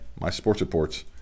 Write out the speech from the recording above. mysportsreports